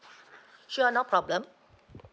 sure no problem